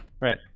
Right